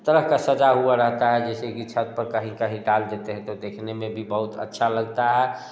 तरह का सजा हुआ रहता है जैसे की छत पर कहीं कहीं डाल देते हैं तो देखने में भी बहुत अच्छा लगता है